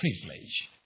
privilege